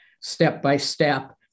step-by-step